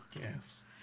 Yes